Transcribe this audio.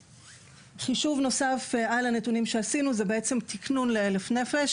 חישוב נוסף על הנתונים שעשינו הוא בעצם תכנון ל-1,000 נפש,